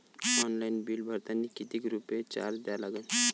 Online bill भरतानी कितीक रुपये चार्ज द्या लागन?